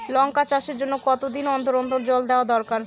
লঙ্কা চাষের জন্যে কতদিন অন্তর অন্তর জল দেওয়া দরকার?